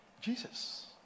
jesus